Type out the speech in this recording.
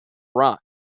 rock